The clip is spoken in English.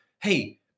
Hey